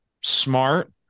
smart